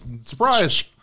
surprise